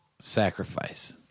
Sacrifice